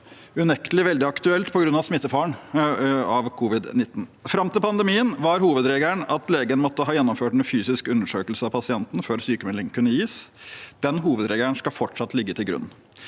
unektelig var veldig aktuelt på grunn av smittefaren av covid-19. Fram til pandemien var hovedregelen at legen måtte ha gjennomført en fysisk undersøkelse av pasienten før sykmelding kunne gis. Den hovedregelen skal fortsatt ligge til grunn,